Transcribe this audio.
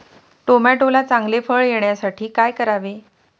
टोमॅटोला चांगले फळ येण्यासाठी काय करावे?